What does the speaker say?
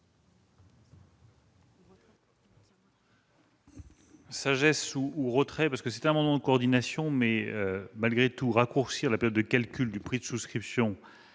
l'avis du Gouvernement ? Certes, c'est un amendement de coordination, mais, malgré tout, raccourcir la période de calcul du prix de souscription